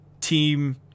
team